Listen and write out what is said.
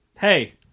hey